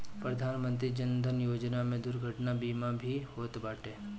प्रधानमंत्री जन धन योजना में दुर्घटना बीमा भी होत बाटे